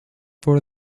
for